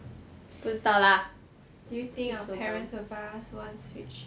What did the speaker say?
不知道了 lah do you think our parents will buy us one switch